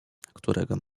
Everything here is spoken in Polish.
którego